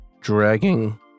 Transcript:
dragging